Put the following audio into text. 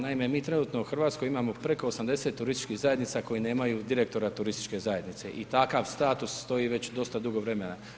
Naime, mi trenutno u Hrvatskoj imamo preko 80 turističkih zajednica koje nemaju direktora turističke zajednice i takav status stoji već dosta dugo vremena.